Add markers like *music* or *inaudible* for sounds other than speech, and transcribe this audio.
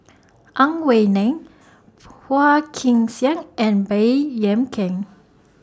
*noise* Ang Wei Neng Phua Kin Siang and Baey Yam Keng